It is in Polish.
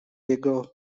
jego